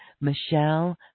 Michelle